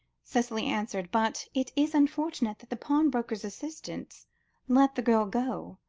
cicely answered but it is unfortunate that the pawnbroker's assistants let the girl go.